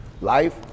Life